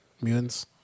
mutants